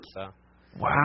Wow